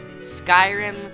Skyrim